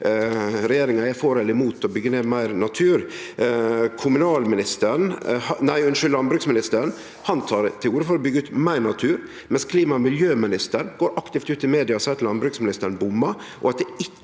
regjeringa er for eller imot å byggje ned meir natur. Landbruksministeren tar til orde for å byggje ned meir natur, mens klima- og miljøministeren aktivt går ut i media og seier at landbruksministeren bommar, og at det ikkje